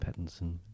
Pattinson